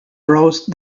browsed